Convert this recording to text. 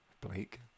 Blake